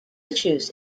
issues